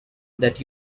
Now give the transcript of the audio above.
that